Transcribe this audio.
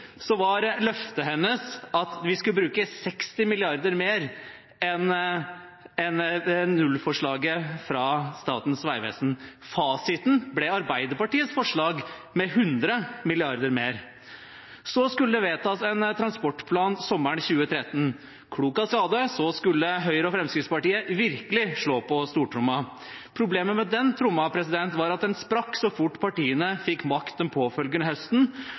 Så skulle det vedtas en transportplan sommeren 2013. Klok av skade skulle Høyre og Fremskrittspartiet virkelig slå på stortromma. Problemet med den tromma var at den sprakk så fort partiene fikk makt den påfølgende høsten,